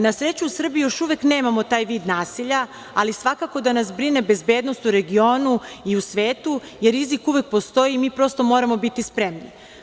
Na sreću u Srbiji još uvek nemamo taj vid nasilja, ali svakako da nas brine bezbednost u regionu i u svetu, jer rizik uvek postoji i mi prosto moramo biti spremni.